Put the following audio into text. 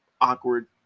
awkward